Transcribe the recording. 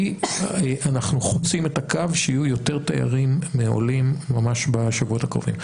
אנחנו חוצים את הקו שיהיו יותר תיירים מעולים ממש בשבועות הקרובים.